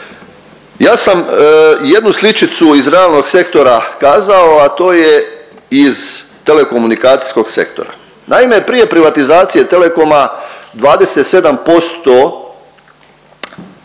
Ja sam jednu sličicu iz realnog sektora kazao, a to je iz telekomunikacijskih sektora. Naime, prije privatizacije telekoma, 27%